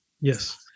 Yes